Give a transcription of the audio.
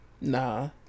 Nah